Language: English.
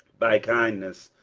by kindness,